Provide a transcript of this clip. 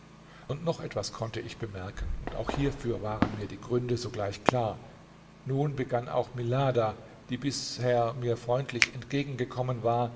und noch etwas konnte ich bemerken und auch hierfür waren mir die gründe sogleich klar nun begann auch milada die bisher mir freundlich entgegengekommen war